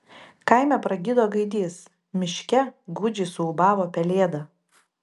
kaime pragydo gaidys miške gūdžiai suūbavo pelėda